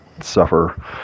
suffer